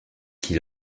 qui